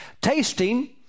Tasting